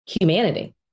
humanity